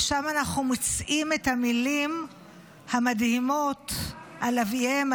ושם אנחנו מוצאים את המילים המדהימות על אביהם,